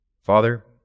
Father